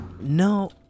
No